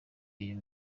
iyo